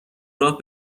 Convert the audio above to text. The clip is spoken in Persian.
راه